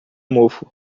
mofo